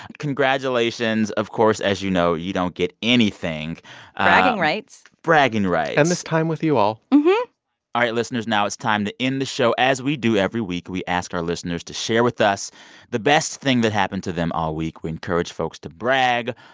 congratulations. of course, as you know, you don't get anything bragging rights bragging rights and this time with you all yeah all right, listeners, now it's time to end the show as we do every week. we ask our listeners to share with us the best thing that happened to them all week. we encourage folks to brag.